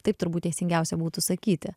taip turbūt teisingiausia būtų sakyti